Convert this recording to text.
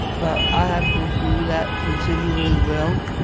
but i have pulled through that considerably well.